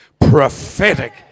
prophetic